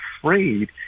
afraid